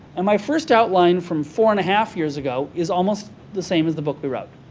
and my first outline from four and a half years ago is almost the same as the book we wrote.